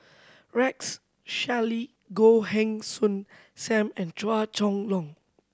Rex Shelley Goh Heng Soon Sam and Chua Chong Long